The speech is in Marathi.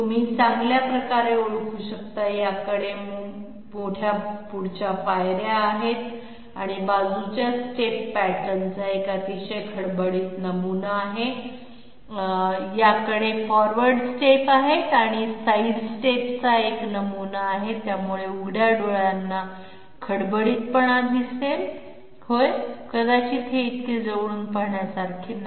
तुम्ही चांगल्या प्रकारे ओळखू शकता याकडे मोठ्या पुढच्या पायर्या आहेत आणि बाजूच्या स्टेप पॅटर्नचा एक अतिशय खडबडीत नमुना आहे ज्यामुळे उघड्या डोळ्यांना खडबडीतपणा दिसेल होय कदाचित हे इतके जवळून पाहण्यासारखे नाही